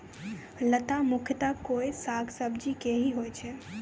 लता मुख्यतया कोय साग सब्जी के हीं होय छै